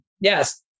yes